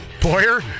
Boyer